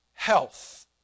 Health